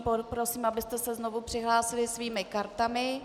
Poprosím, abyste se znovu přihlásili svými kartami.